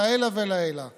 ישנם